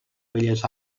belles